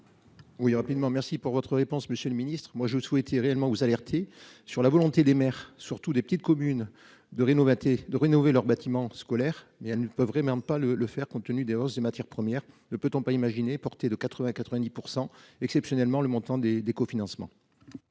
Oui, rapidement. Merci pour votre réponse Monsieur le Ministre, moi je souhaite réellement vous alerter sur la volonté des maires, surtout des petites communes de Rhino de rénover leurs bâtiments scolaires, mais elle ne peut vraiment pas le le faire compte tenu des hausses des matières premières, ne peut-on pas imaginer portée de 80 à 90%. Exceptionnellement, le montant des des cofinancements.